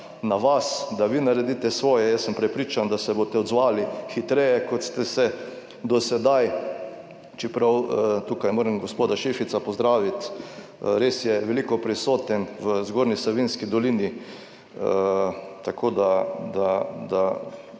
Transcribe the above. na vas, da vi naredite svoje. Jaz sem prepričan, da se boste odzvali hitreje kot ste se do sedaj, čeprav tukaj moram gospoda Šefica pozdraviti. Res je veliko prisoten v Zgornji Savinjski dolini, tako da,